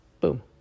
Boom